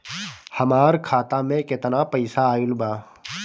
हमार खाता मे केतना पईसा आइल बा?